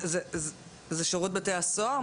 זה שירות בתי הסוהר?